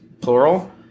plural